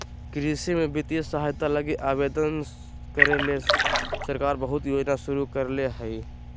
कृषि में वित्तीय सहायता लगी आवेदन करे ले सरकार बहुत योजना शुरू करले हइ